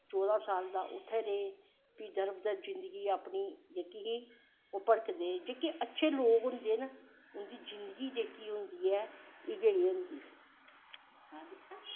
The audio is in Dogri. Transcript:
तेरां साल दा उत्थें रेह् फ्ही दर बदर जिन्दगी अपनी ओह् भड़कदे जेह्के अच्छे लोग होंदे न उंदी जिन्दगी जेह्की होंदी ऐ इयो जेही होंदी ऐ